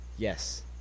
Yes